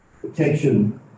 protection